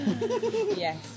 Yes